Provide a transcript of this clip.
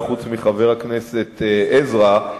אולי חוץ מחבר הכנסת עזרא,